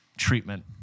treatment